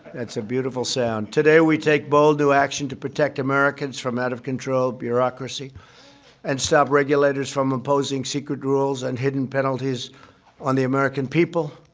that's a beautiful sound. today, we take bold, new action to protect americans from out-of-control bureaucracy and stop regulators from imposing secret rules and hidden penalties on the american people.